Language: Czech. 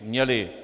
Měli.